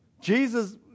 Jesus